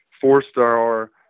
four-star